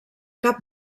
cap